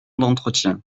d’entretien